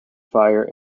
fire